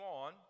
on